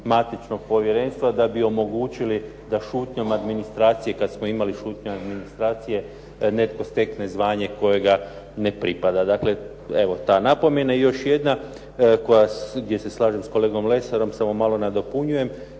matičnog povjerenstva da bi omogućili da šutnjom administracije, kad smo imali šutnju administracije, netko stekne zvanje koje mu ne pripada. Dakle, evo ta napomena. I još jedna koja, gdje se slažem sa kolegom Lesarom, samo malo nadopunjujem,